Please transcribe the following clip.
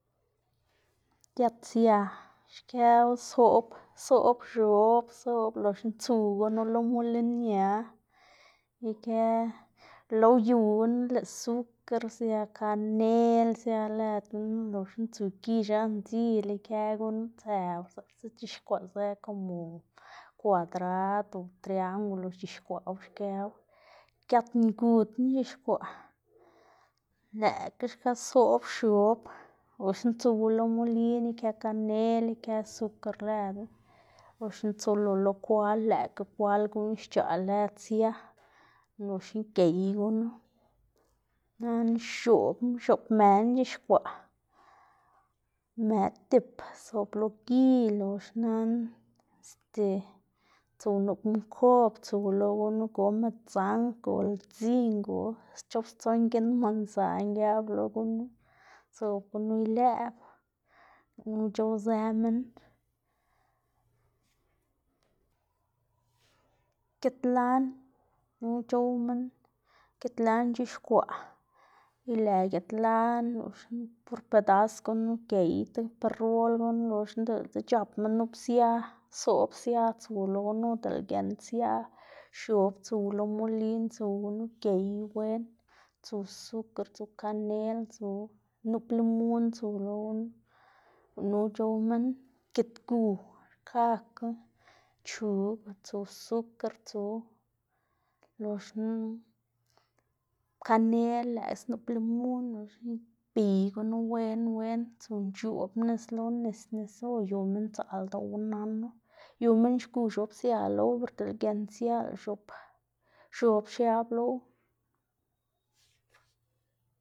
giat sia xkëwu soꞌb soꞌb x̱ob soꞌb loxna tsuw gunu lo molin ña ikë yelo uyuw gunu lëꞌ sukr sia kanel, sia lëd knu, loxna tsu gi x̱an dzil lëꞌ ikë gunu tsëw zaꞌksa c̲h̲iskwaꞌzë komo kwadrad o trian gulo xc̲h̲ixkwaꞌwu xkëwu, giat ngudna c̲h̲ixkwaꞌ lëꞌkga xka soꞌb x̱ob loxna tsuwu lo molin ikë kanel ikë sukr lëdu loxna tsulo lo kwal lëꞌkga kwal guꞌn xc̲h̲aꞌ lëd sia, loxna gey gunu. Nana x̱oꞌbna x̱oꞌb mëna c̲h̲ixkwaꞌ më dip sob lo gi lox nana este tsuw nup nkob tsu lo gunu, go medzanj go, go ldzin go, schop stson giꞌn mansan giab lo gunu, sob gunu ilëꞌb, gunu c̲h̲owzë minn. gitlan gunu c̲h̲ow minn, gitlan c̲h̲ixkwaꞌ ilë gitlan loxna por edas gunu gey tib perol gunu, loxna dele chapma nup sia soꞌb sia tsu lo gunu, dele giend sia x̱ob tsuw lo molin tsuw gunu gey wen, tsu sukr tsu kanel tsu, nup limun tsu lo gunu, gunu c̲h̲ow minn. Gitgu xkakga chug tsu sukr tsu loxna kanel lëꞌkga snup limun loxna ibiy gunu wen wen tsu nc̲h̲oꞌb nis lo nis nisu o yu minn dzaꞌl ldoꞌwu nanu, yu minn xgu x̱ob sia lo wu, per dele giend sia lëꞌ x̱ob x̱ob xiab low.